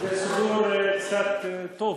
זה סיפור קצת טוב.